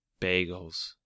bagels